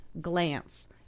glance